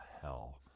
hell